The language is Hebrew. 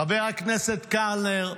חבר הכנסת קלנר,